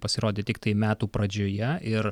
pasirodė tiktai metų pradžioje ir